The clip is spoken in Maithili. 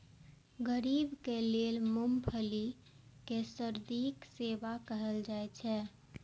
गरीबक लेल मूंगफली कें सर्दीक मेवा कहल जाइ छै